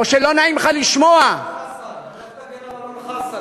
או שלא נעים לך לשמוע, תמשיך להגן על אלון חסן.